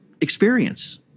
experience